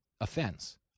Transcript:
offense